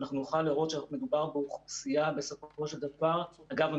אנחנו נוכל לראות שמדובר באוכלוסייה בסופו של דבר אגב,